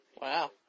Wow